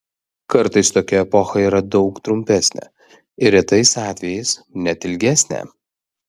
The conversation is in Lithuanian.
kartais tokia epocha yra daug trumpesnė ir retais atvejais net ilgesnė